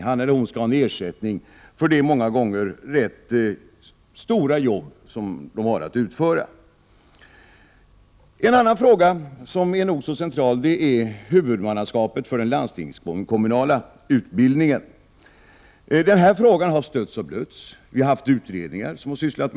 Han eller hon skall ha en ersättning för det många gånger rätt stora jobb som vederbörande har att utföra. En annan central fråga är huvudmannaskapet för den landstingskommunala utbildningen. Den frågan har stötts och blötts, och den har blivit föremål för utredningar.